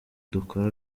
dukore